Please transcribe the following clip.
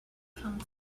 come